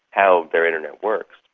how the internet works.